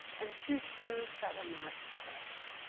and two shoes that were not fellows.